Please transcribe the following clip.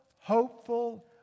hopeful